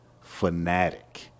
fanatic